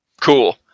Cool